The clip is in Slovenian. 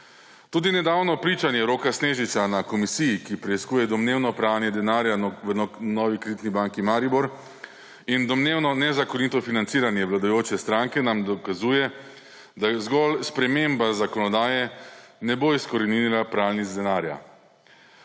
Tudi nedavno pričanje Roka Snežiča na komisiji, ki preiskuje domnevno pranje denarja v Novi Kreditni banki Maribor in domnevno nezakonito financiranje vladajoče stranke, nam dokazuje, da zgolj sprememba zakonodaje ne bo izkoreninila pralnic denarja.